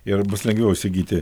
ir bus lengviau įsigyti